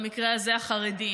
במקרה הזה החרדים,